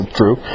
true